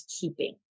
keeping